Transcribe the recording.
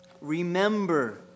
remember